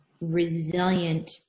resilient